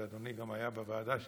ואדוני גם היה בוועדה שלי,